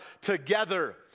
together